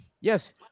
Yes